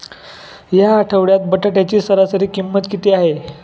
या आठवड्यात बटाट्याची सरासरी किंमत किती आहे?